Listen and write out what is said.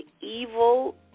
evil